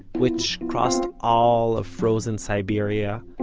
which crossed all of frozen siberia,